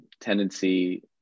tendency